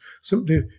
simply